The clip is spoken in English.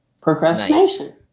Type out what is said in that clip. Procrastination